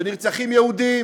ונרצחים יהודים